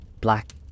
black